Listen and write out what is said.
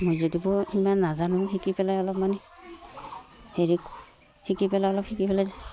মই ইমান নাজানো শিকি পেলাই অলপমান হেৰি শিকি পেলাই অলপ শিকি পেলাই